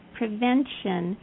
prevention